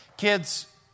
Kids